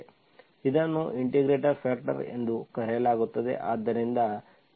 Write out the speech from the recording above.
ಇದನ್ನು integrating factor ಎಂದು ಕರೆಯಲಾಗುತ್ತದೆ